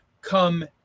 come